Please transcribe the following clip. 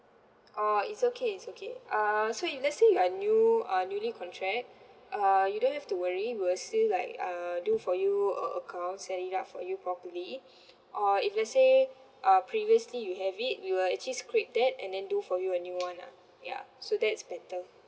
oh it's okay it's okay uh so if let's say you are new uh newly contract uh you don't have to worry we'll still like uh do for you a accounts and deduct for you properly or if let's say uh previously you have it we will actually scrape that and then do for you a new one lah ya so that's better